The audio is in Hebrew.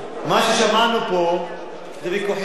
מה ששמענו פה זה ויכוחים,